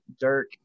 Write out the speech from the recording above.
Dirk